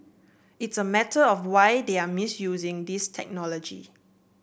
it's a matter of why they are misusing these technology